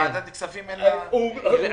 לוועדת כספים אין --- יש לה, אבל צריך הסכמה.